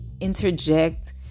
interject